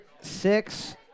six